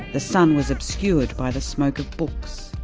the sun was obscured by the smoke of books,